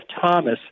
Thomas